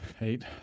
Eight